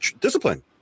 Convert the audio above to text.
discipline